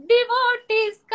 Devotees